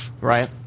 right